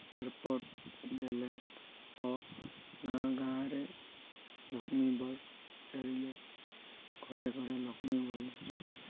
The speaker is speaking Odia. ରିପୋର୍ଟ୍ ଦେଲେ ଓ ଗାଁ ଗାଁରେ ଲକ୍ଷ୍ମୀ ବସ୍ ଛାଡ଼ିଲେ ଘରେ ଘରେ ଲକ୍ଷ୍ମୀ ବୋଲିକି